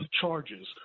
charges